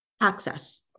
Access